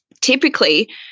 Typically